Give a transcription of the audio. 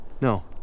No